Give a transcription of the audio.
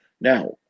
Now